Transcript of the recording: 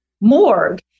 morgue